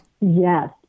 Yes